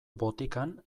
botikan